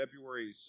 February